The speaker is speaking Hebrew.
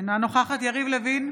אינה נוכחת יריב לוין,